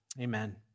Amen